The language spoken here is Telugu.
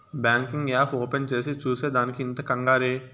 బాంకింగ్ యాప్ ఓపెన్ చేసి చూసే దానికి ఇంత కంగారే